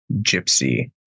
Gypsy